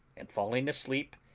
and falling asleep,